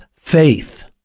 faith